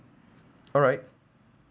alright